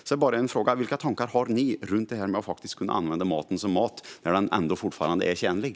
Jag har därför en fråga: Vilka tankar har ni om att kunna använda maten just som mat när den ändå fortfarande är tjänlig?